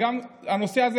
הנושא הזה